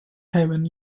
haven